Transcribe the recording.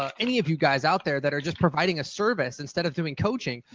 ah any of you guys out there that are just providing a service instead of doing coaching,